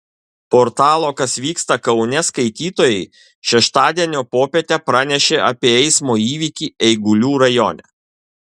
portalo kas vyksta kaune skaitytojai šeštadienio popietę pranešė apie eismo įvykį eigulių rajone